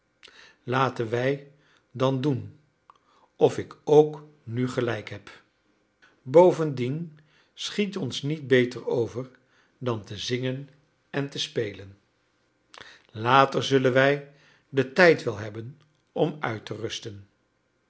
laten wij dan doen of ik ook nu gelijk heb bovendien schiet ons niet beter over dan te zingen en te spelen later zullen wij den tijd wel hebben om uit te rusten